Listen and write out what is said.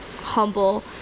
humble